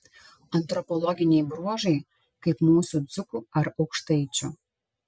antropologiniai bruožai kaip mūsų dzūkų ar aukštaičių